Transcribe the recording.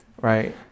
right